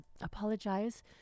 apologize